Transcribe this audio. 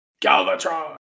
Galvatron